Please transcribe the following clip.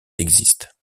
existe